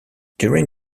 during